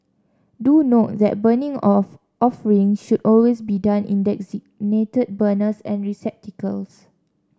do note that burning of offerings should always be done in designated burners and receptacles